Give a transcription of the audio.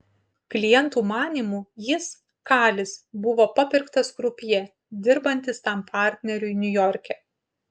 klientų manymu jis kalis buvo papirktas krupjė dirbantis tam partneriui niujorke